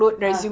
ah